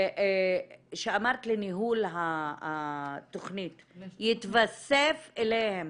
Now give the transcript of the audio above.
שאמרת לניהול התכנית, יתווספו אליהם